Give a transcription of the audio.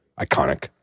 iconic